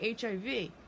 HIV